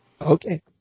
Okay